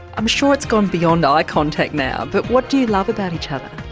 i'm sure it's gone beyond ah eye contact now, but what do you love about each other?